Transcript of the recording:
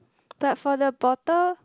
but for the bottle